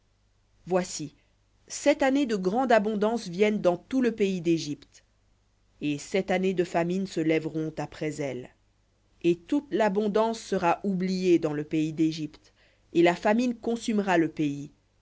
voici sept années de grande abondance viennent dans tout le pays dégypte et sept années de famine se lèveront après elles et toute l'abondance sera oubliée dans le pays d'égypte et la famine consumera le pays